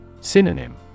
synonym